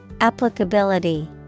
Applicability